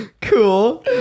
cool